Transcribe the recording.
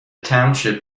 township